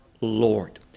Lord